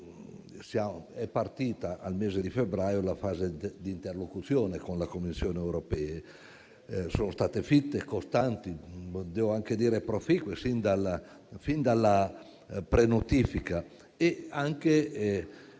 è partita al mese di febbraio la fase di interlocuzione con la Commissione europea, che è stata fitta, costante e devo dire anche proficua, fin dalla pre-notifica, il